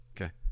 Okay